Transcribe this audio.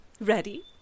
ready